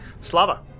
slava